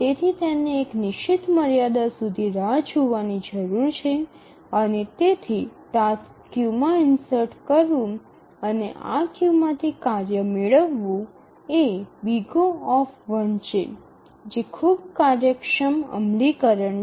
તેથી તેને એક નિશ્ચિત મર્યાદા સુધી રાહ જોવાની જરૂર છે અને તેથી ટાસ્ક ક્યૂમાં ઇન્સર્ટ કરવું અને આ ક્યૂમાંથી કાર્ય મેળવવું એ O છે જે ખૂબ કાર્યક્ષમ અમલીકરણ છે